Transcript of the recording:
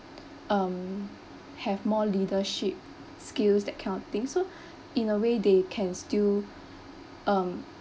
um have more leadership skills that kind of thing so in a way they can still um